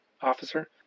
officer